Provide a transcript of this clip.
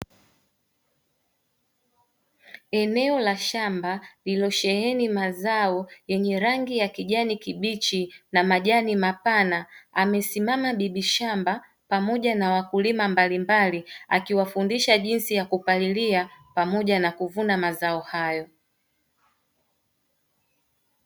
Eneo la shamba lililo sheheni mazao yenye rangi ya kijani kibichi na majani mapana amesimama bibi shamba pamoja na wakulima mbalimbali akiwafundisha jinsi ya kupalilia pamoja na kuvuna mazao hayo.